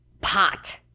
pot